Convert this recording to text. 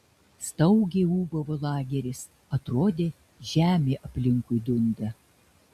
staugė ūbavo lageris atrodė žemė aplinkui dunda